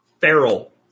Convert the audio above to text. Feral